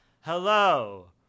Hello